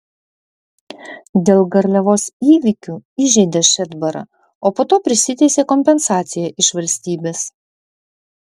dėl garliavos įvykių įžeidė šedbarą o po to prisiteisė kompensaciją iš valstybės